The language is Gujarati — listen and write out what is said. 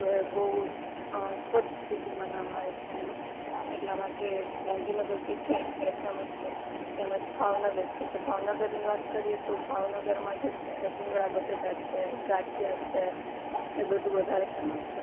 તો એ બહુ સ્વચ્છ સિટીમાં નામ આવે છે એનું એટલા માટે ગાંધીનગર જે છે એ ફેમસ છે તેમજ ભાવનગર છે તો ભાવનગરની વાત કરીએ તો ભાવનગરમાં જે છે એ ભૂંગળા બટેટા છે ગાંઠિયા છે એ બધુ વધારે ફેમસ છે